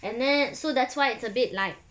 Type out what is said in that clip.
and then so that's why it's a bit like